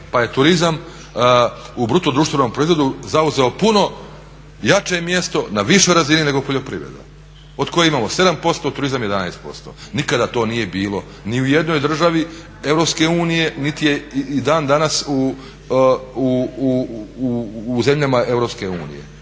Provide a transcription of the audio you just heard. pa je turizam u bruto društvenom proizvodu zauzeo puno jače mjesto na višoj razini nego poljoprivreda od koje imamo 7%, a turizam 11%. Nikada to nije bilo ni u jednoj državi EU niti je i dan danas u zemljama EU